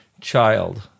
Child